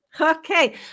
Okay